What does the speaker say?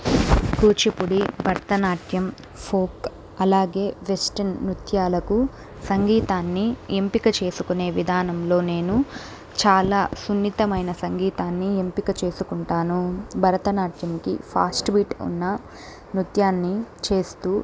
Kuchipudi Bharatanatyam folk అలాగే western నృత్యాలకు సంగీతాన్ని ఎంపిక చేసుకునే విధానంలో నేను చాలా సున్నితమైన సంగీతాన్ని ఎంపిక చేసుకుంటాను భరతనాట్యంకి ఫాస్ట్ బీట్ ఉన్న నృత్యాన్ని చేస్తు